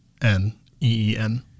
n-e-e-n